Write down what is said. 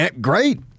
Great